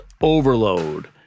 overload